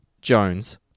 Jones